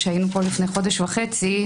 לפני חודש וחצי,